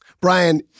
Brian